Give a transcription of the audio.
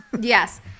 Yes